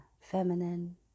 feminine